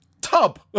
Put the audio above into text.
Tub